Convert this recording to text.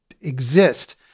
exist